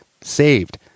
saved